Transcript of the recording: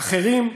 ואחרים,